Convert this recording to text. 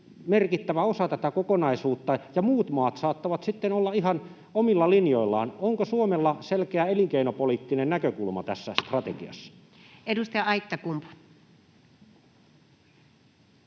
merkittävä osa tätä kokonaisuutta, ja muut maat saattavat sitten olla ihan omilla linjoillaan. Onko Suomella selkeä elinkeinopoliittinen näkökulma tässä strategiassa? Edustaja Aittakumpu.